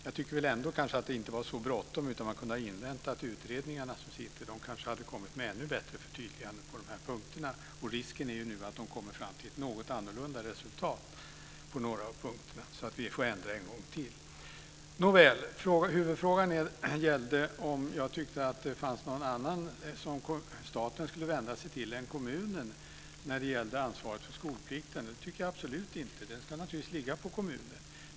Jag tycker ändå att det inte var så bråttom utan att man kunde ha inväntat de utredningar som arbetar. De kanske hade kommit med ännu bättre förtydliganden på de här punkterna. Risken är nu att de kommer fram till ett något annorlunda resultat på några av punkterna så att vi får ändra en gång till. Nåväl, huvudfrågan gällde om jag tyckte att det fanns någon annan än kommunen som staten skulle vända sig till när det gällde ansvaret för skolplikten. Det tycker jag absolut inte. Den ska naturligtvis ligga på kommunen.